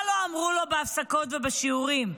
מה לא אמרו לו בהפסקות ובשיעורים?